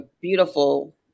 beautiful